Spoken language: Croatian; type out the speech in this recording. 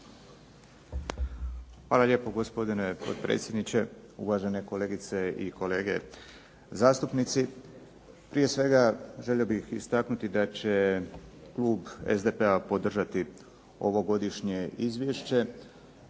Hvala lijepa gospodine potpredsjedniče, uvažene kolegice i kolege zastupnici. Prije svega želio bih istaknuti da će klub SDP-a podržati ovogodišnje izvješće.